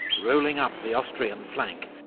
rolling up the austrian flank,